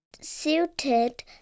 suited